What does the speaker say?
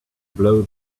blow